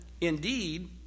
indeed